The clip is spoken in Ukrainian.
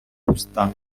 пуста